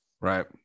right